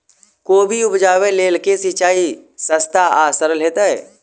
कोबी उपजाबे लेल केँ सिंचाई सस्ता आ सरल हेतइ?